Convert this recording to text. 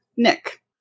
Nick